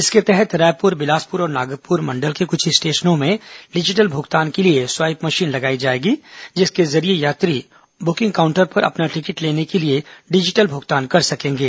इसके तहत रायपुर बिलासपुर और नागपुर मंडल के कुछ स्टेशनों में डिजिटल भुगतान के लिए स्वाइप मशीन लगाई जाएगी जिसके जरिए यात्री बुकिंग काउंटर पर अपना टिकट लेने के लिए डिजिटल भुगतान कर सकेंगे